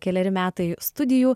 keleri metai studijų